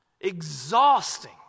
Exhausting